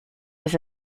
his